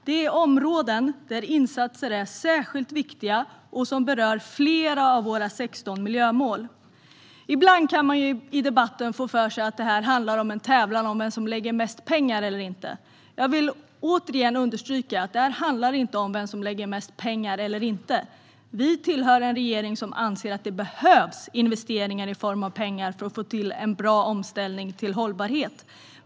Det är områden där insatser är särskilt viktiga och som berör flera av våra 16 miljömål. Ibland kan man i debatten få för sig att det här är en tävlan om vem som lägger mest pengar. Jag vill återigen understryka att detta inte handlar om vem som lägger mest pengar. Vi tillhör en regering som anser att det behövs investeringar i form av pengar för att få till en bra omställning till hållbarhet.